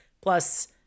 Plus